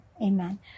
Amen